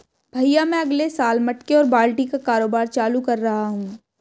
भैया मैं अगले साल मटके और बाल्टी का कारोबार चालू कर रहा हूं